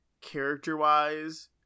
character-wise